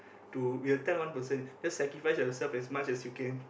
to we will tell one person just sacrifice yourself as much as you can